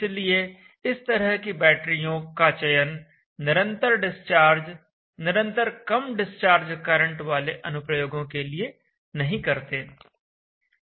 इसलिए इस तरह की बैटरियों का चयन निरंतर डिस्चार्ज निरंतर कम डिस्चार्ज करंट वाले अनुप्रयोगों के लिए नहीं करते